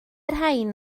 rhain